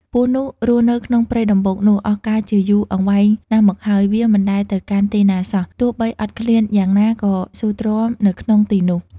ពស់នោះរស់នៅ ក្នុងព្រៃដំបូកនោះ អស់កាលជាយូរអង្វែងណាស់មកហើយ វាមិនដែលទៅកាន់ទីណាសោះ ទោះបីអត់ឃ្លានយ៉ាងណា ក៏ស៊ូទ្រាំនៅក្នុងទីនោះ ។